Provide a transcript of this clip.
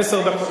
עשר דקות.